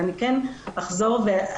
אבל אני כן אחזור ואספר,